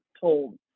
told